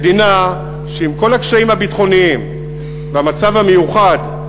מדינה שעם כל הקשיים הביטחוניים והמצב המיוחד,